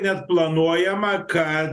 net planuojama kad